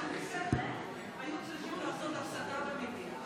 אדוני היושב-ראש, ברגעים מיוחדים.